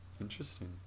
Interesting